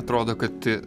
atrodo kad